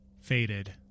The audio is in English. faded